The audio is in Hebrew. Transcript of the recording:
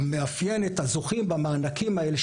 המאפיין את הזוכים במענקים האלה,